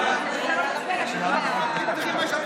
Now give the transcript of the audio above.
לא בעד פטין.